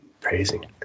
praising